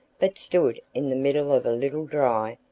but stood in the middle of a little dry,